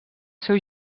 seu